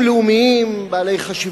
בקשת סיעת האיחוד הלאומי שלא להחיל דין